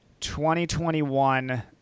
2021